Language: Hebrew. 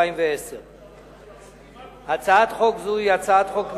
התש"ע 2010. הצעת חוק זו היא הצעת חוק ממשלתית,